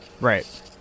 Right